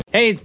Hey